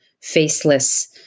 faceless